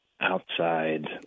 outside